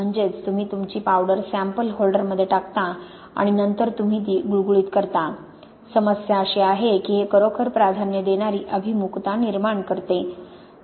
म्हणजेच तुम्ही तुमची पावडर सॅम्पल होल्डरमध्ये टाकता आणि नंतर तुम्ही ती गुळगुळीत करता समस्या अशी आहे की हे खरोखर प्राधान्य देणारी अभिमुखता निर्माण करते